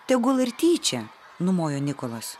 tegul ir tyčia numojo nikolas